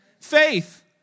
Faith